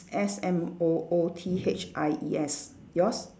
S M O O T H I E S yours